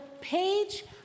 page